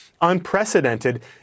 unprecedented